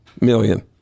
Million